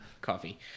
Coffee